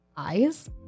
eyes